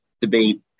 debate